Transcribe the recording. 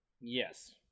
Yes